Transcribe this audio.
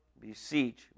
beseech